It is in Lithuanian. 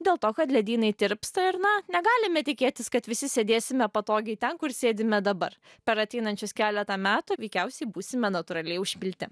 dėl to kad ledynai tirpsta ir na negalime tikėtis kad visi sėdėsime patogiai ten kur sėdime dabar per ateinančius keletą metų veikiausiai būsime natūraliai užpilti